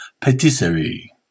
patisserie